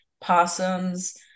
possums